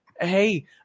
hey